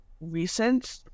recent